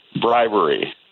bribery